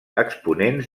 exponents